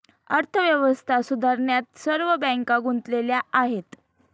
अर्थव्यवस्था सुधारण्यात सर्व बँका गुंतलेल्या आहेत